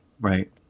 Right